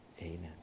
Amen